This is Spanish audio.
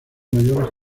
mayores